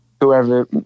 whoever